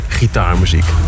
gitaarmuziek